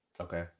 Okay